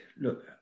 look